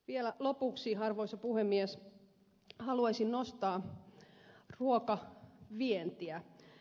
vielä lopuksi arvoisa puhemies haluaisin nostaa esiin ruokavientiä